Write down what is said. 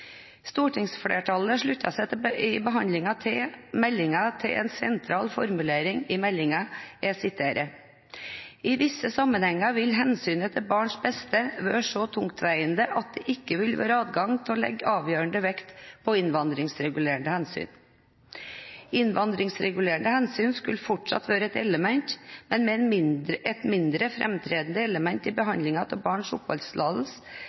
Stortingsflertallet sluttet seg ved behandlingen av meldingen til en sentral formulering i meldingen: «I visse sammenhenger vil hensynet til barnets beste være så tungtveiende at det ikke vil være adgang til å legge avgjørende vekt på innvandringsregulerende hensyn.» Innvandringsregulerende hensyn skulle fortsatt være et element, men et mindre framtredende element i behandlingen av barns